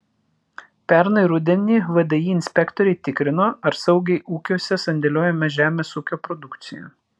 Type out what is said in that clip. pernai rudenį vdi inspektoriai tikrino ar saugiai ūkiuose sandėliuojama žemės ūkio produkcija